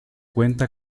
cuenta